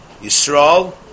Yisrael